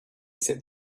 said